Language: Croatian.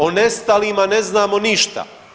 O nestalima ne znamo ništa.